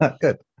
Good